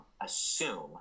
assume